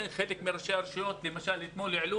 חלק מראשי הרשויות העלו